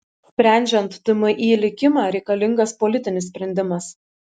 sprendžiant tmi likimą reikalingas politinis sprendimas